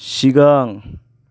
सिगां